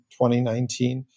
2019